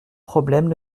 problèmes